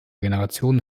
generationen